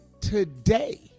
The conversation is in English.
today